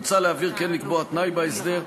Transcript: מוצע להבהיר כי אין לקבוע תנאי בהסדר,